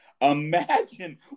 Imagine